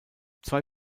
zwei